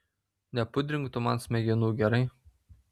nepudrink tu man smegenų gerai